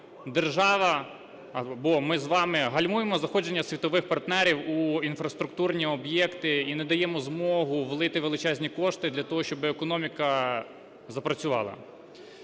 держава або ми з вами гальмуємо заходження світових партнерів у інфраструктурні об'єкти і не даємо змогу влити величезні кошти для того, щоби економіка запрацювала.